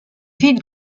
vide